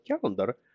calendar